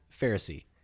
Pharisee